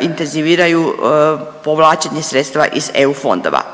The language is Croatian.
intenziviraju povlačenje sredstva iz eu fondova.